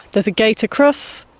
there's a gate across.